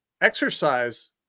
exercise